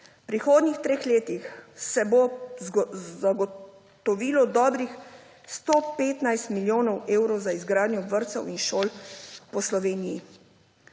V prihodnjih treh letih se bo zagotovilo dobrih 115 milijonov evrov za izgradnjo vrtcev in šol po Sloveniji.